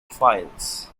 files